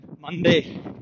Monday